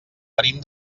venim